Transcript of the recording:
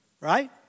Right